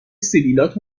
سبیلات